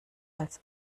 als